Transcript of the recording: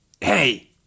Hey